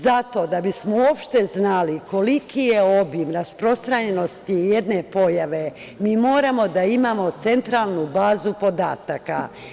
Zato da bismo uopšte znali koliki je obim rasprostranjenosti jedne pojave mi moramo da imamo centralnu bazu podataka.